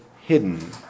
hidden